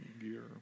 gear